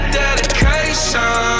dedication